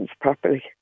properly